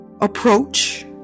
Approach